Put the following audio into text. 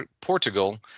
Portugal